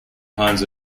kinds